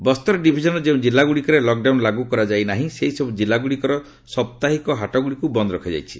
ବସ୍ତର ଡିଭିଜନର ଯେଉଁ କିଲ୍ଲାଗୁଡିକରେ ଲକ୍ଡାଉନ ଲାଗୁ କରାଯାଇନାହିଁ ସେହିସବୁ ଜିଲ୍ଲାଗୁଡିକର ସାପ୍ତାହିକ ହାଟଗୁଡିକୁ ବନ୍ଦ ରଖାଯାଇଛି